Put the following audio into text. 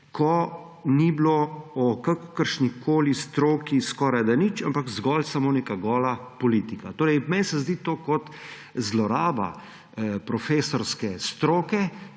ko ni bilo o kakršnikoli stroki skorajda nič, ampak zgolj samo neka gola politika. Meni se zdi to kot zloraba profesorske stroke